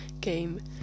game